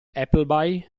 appleby